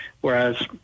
whereas